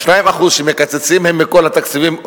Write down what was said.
ה-2% שמקצצים הם מכל התקציבים,